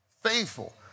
faithful